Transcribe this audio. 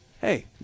hey